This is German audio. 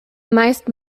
meist